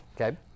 Okay